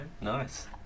nice